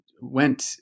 went